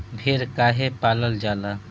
भेड़ काहे पालल जाला?